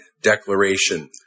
declaration